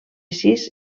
sis